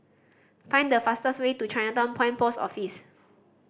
find the fastest way to Chinatown Point Post Office